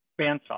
bandsaw